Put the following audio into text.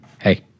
hey